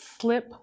slip